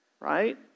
Right